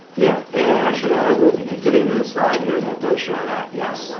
yeah, and actually, i will be getting to a slide here that does show that. yes.